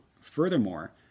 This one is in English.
Furthermore